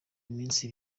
iminsi